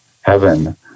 heaven